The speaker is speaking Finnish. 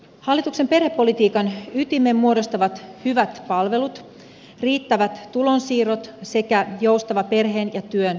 hallituksen perhepolitiikan ytimen muodostavat hyvät palvelut riittävät tulonsiirrot sekä joustava perheen ja työn yhteensovittaminen